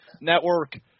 Network